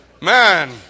Man